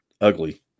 ugly